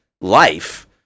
life